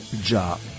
job